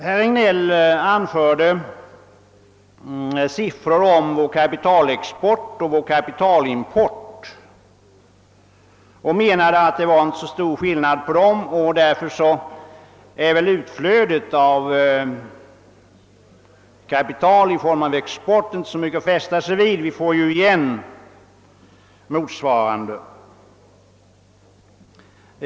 Herr Regnéll anförde siffror för vår kapitalexport och kapitalimport och menade att utflödet av kapital inte är så mycket att fästa sig vid, eftersom vi får igen ungefär motsvarande belopp i kapitalimport.